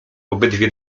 obydwie